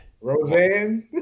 Roseanne